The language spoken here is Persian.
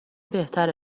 بهتره